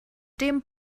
dem